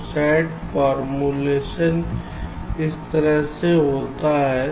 तो SAT formulation इस तरह से होता है